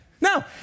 No